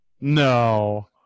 No